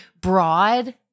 broad